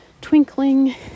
twinkling